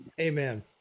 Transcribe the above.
Amen